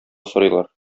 сорыйлар